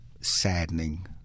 saddening